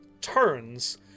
turns